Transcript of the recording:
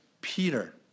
Peter